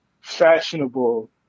fashionable